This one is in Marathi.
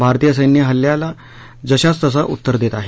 भारतीय सैन्य हल्ल्याला जश्यास तसे उत्तर देत आहे